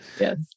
Yes